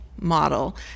model